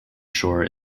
shore